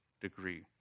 degree